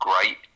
great